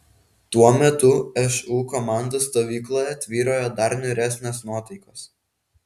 tuo metu šu komandos stovykloje tvyrojo dar niūresnės nuotaikos